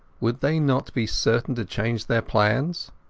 would they not be certain to change their plans?